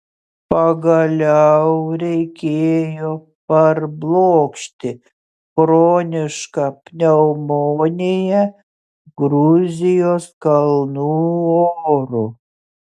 pagaliau reikėjo parblokšti chronišką pneumoniją gruzijos kalnų oru